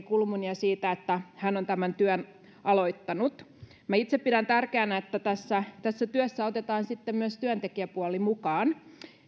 kulmunia siitä että hän on tämän työn aloittanut minä itse pidän tärkeänä että tässä tässä työssä otetaan sitten myös työntekijäpuoli mukaan